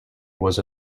was